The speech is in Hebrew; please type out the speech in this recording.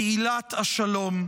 פעילת השלום.